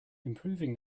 improving